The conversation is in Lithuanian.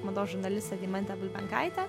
mados žurnalistė deimantė bulbenkaitė